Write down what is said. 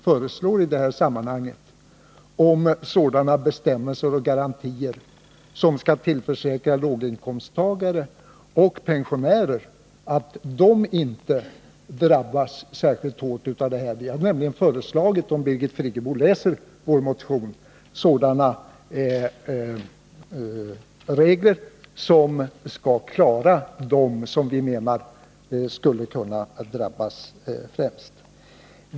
Förslaget innehåller bestämmelser som garanterar att låginkomsttagare och pensionärer inte drabbas särskilt hårt. Vi har föreslagit, vilket Birgit Friggebo skall finna om hon läser vår motion, sådana regler som kan skydda dem som vi menar främst skulle kunna drabbas.